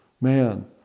Man